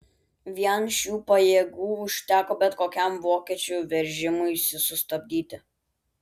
vien šių pajėgų užteko bet kokiam vokiečių veržimuisi sustabdyti